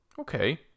okay